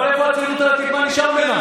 אבל הם הציונות הדתית, מה נשאר ממנה?